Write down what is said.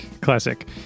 classic